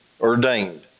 ordained